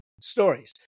stories